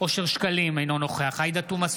אושר שקלים, אינו נוכח עאידה תומא סלימאן,